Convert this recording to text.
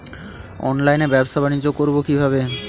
অনলাইনে ব্যবসা বানিজ্য করব কিভাবে?